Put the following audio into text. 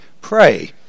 Pray